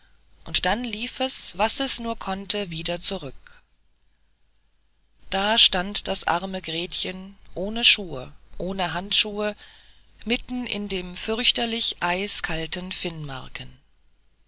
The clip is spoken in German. und dann lief es was es nur konnte wieder zurück da stand das arme gretchen ohne schuhe ohne handschuh mitten in dem fürchterlich eiskalten